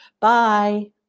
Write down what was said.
Bye